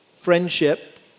friendship